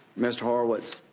mr. horowitz,